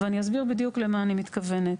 ואני אסביר בדיוק למה אני מתכוונת.